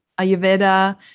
Ayurveda